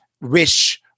wish